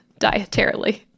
dietarily